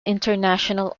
international